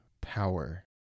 Power